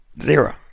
Zero